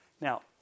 Now